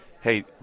hey